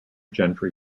gentry